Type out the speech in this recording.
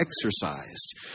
exercised